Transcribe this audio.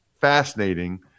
fascinating